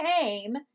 came